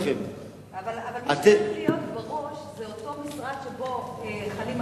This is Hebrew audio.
אבל מי שצריך להיות בראש זה אותו משרד שבו חלים הקיצוצים.